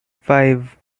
five